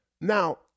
Now